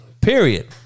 Period